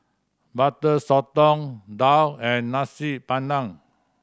Butter Sotong daal and Nasi Padang